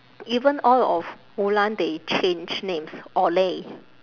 even all of they change names olay